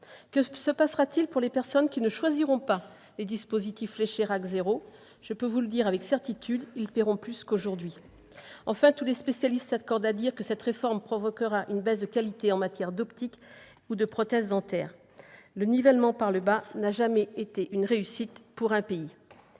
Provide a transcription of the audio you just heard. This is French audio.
Que se passera-t-il pour ceux qui ne choisiront pas les dispositifs fléchés « RAC 0 »? Je puis vous le dire avec certitude : ils paieront plus qu'aujourd'hui. Enfin, tous les spécialistes s'accordent à dire que cette réforme provoquera une baisse de qualité en matière d'optique et de prothèses dentaires ; le nivellement par le bas n'a jamais été une réussite pour un pays.